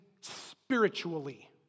spiritually